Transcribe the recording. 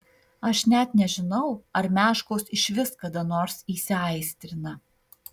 aš net nežinau ar meškos išvis kada nors įsiaistrina